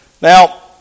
Now